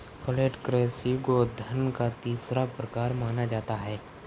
flat currency को धन का तीसरा प्रकार माना जाता है